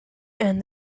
and